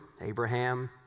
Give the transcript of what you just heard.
Abraham